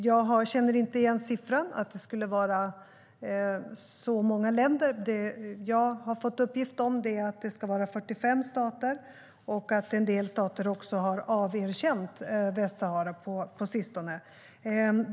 Jag känner inte igen siffran att det skulle vara så många länder. Jag har fått uppgift om att det ska vara 45 stater och att en del stater har averkänt Västsahara på sistone.